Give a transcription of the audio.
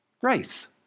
grace